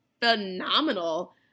phenomenal